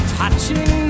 touching